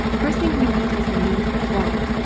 first thing we need is name one,